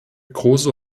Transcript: große